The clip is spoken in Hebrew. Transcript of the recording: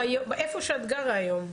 לא, איפה שאת גרה היום.